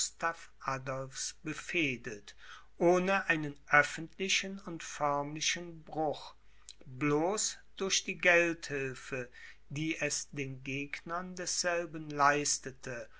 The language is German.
adolphs befehdet ohne einen öffentlichen und förmlichen bruch bloß durch die geldhilfe die es den gegnern desselben leistete